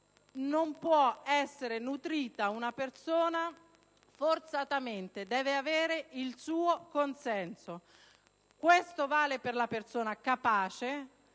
non può essere nutrita forzatamente, ma si deve avere il suo consenso; questo vale per la persona capace.